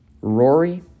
Rory